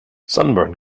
sunburn